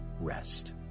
rest